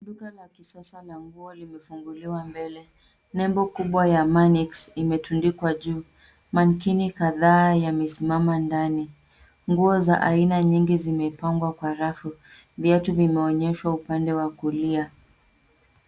Duka la kisasa la nguo limefunguliwa mbele. Nembo kubwa ya ]MANIX imetundikwa juu. Manikini kadhaa yamesimama ndani. Nguo za aina nyingi zimepangwa kwa rafu. Viatu vimeonyeshwa upande wa kulia.